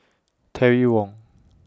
Terry Wong